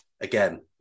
Again